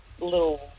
little